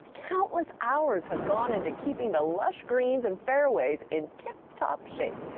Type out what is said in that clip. countless hours have gone into keeping the lush greens and fairways in tip top shape.